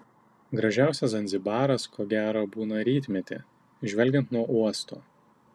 gražiausias zanzibaras ko gero būna rytmetį žvelgiant nuo uosto